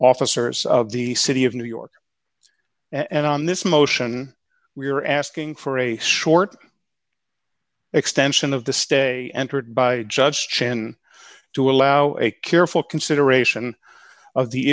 officers of the city of new york and on this motion we are asking for a short extension of the stay entered by judge chin to allow a careful consideration of the